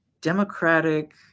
democratic